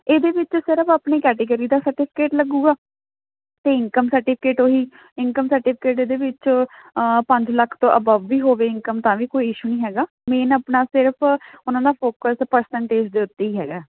ਇਹਦੇ ਵਿੱਚ ਸਿਰਫ ਆਪਣੀ ਕੈਟੇਗਰੀ ਦਾ ਸਰਟੀਫਿਕੇਟ ਲੱਗੇਗਾ ਅਤੇ ਇਨਕਮ ਸਰਟੀਫਿਕੇਟ ਉਹੀ ਇਨਕਮ ਸਰਟੀਫਿਕੇਟ ਇਹਦੇ ਵਿੱਚ ਪੰਜ ਲੱਖ ਤੋਂ ਅਬਵ ਵੀ ਹੋਵੇ ਇਨਕਮ ਤਾਂ ਵੀ ਕੋਈ ਈਸ਼ੂ ਨਹੀਂ ਹੈਗਾ ਮੇਨ ਆਪਣਾ ਸਿਰਫ ਉਹਨਾਂ ਦਾ ਫੋਕਸ ਪ੍ਰਸੈਂਟੇਜ ਦੇ ਉੱਤੇ ਹੀ ਹੈਗਾ